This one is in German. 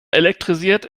elektrisiert